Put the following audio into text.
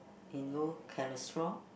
in low cholesterol